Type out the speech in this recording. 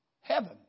Heaven